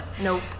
nope